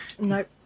Nope